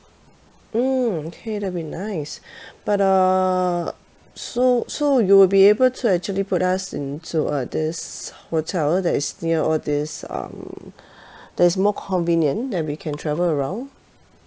mm K that'll be nice but uh so so you will be able to actually put us into uh this hotel that is near all these um that's more convenient that we can travel around